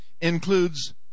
includes